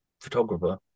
photographer